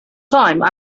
time